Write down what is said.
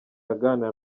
aganira